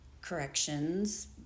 corrections